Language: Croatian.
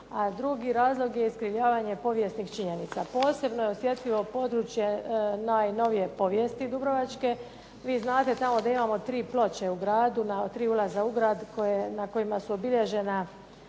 a drugi razlog je iskrivljavanje povijesnih činjenica. Posebno je osjetljivo područje najnovije povijesti dubrovačke. Vi znate tamo da imamo tri ploče u gradu na tri ulaza u grad na kojima su obilježeni